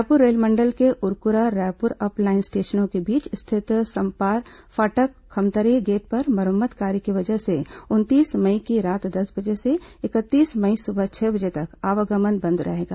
रायपुर रेलमंडल के Urkura Raipur up line स्टेशनों के बीच स्थित समपार फाटक खमतराई गेट पर मरम्मत कार्य की वजह से उनतीस मई की रात दस बजे से इकतीस मई सुबह छह बजे तक आवागमन बंद रहेगा